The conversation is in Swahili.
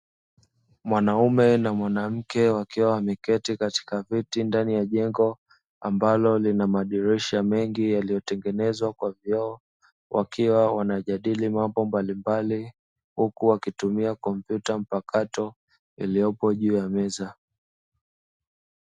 Mwaume na mwanamke wakiwa wameketi katika viti ndani ya jengo ambalo lina madirisha mengi yaliyo tengenezwa kwa vioo wakiwa wanajadili mambo mbalimbali huku wakitumia kompyuta mpakato iliyopo juu ya meza.